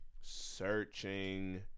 Searching